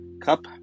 cup